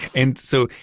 and so,